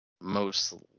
Mostly